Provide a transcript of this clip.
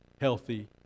healthy